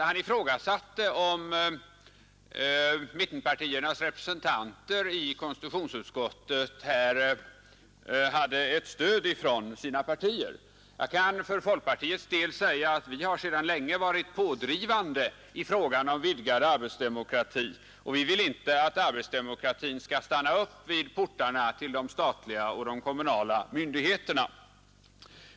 Han ifrågasatte om mittenpartiernas representanter i konstitutionsutskottet här hade stöd från sina partier. Jag kan för folkpartiets del säga att vi sedan länge har varit pådrivande i frågan om vidgad arbetsdemokrati, och vi vill inte att arbetsdemokratin skall stanna upp framför portarna till de statliga och de kommunala myndigheterna.